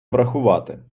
врахувати